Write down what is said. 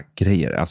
grejer